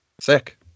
Sick